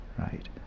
right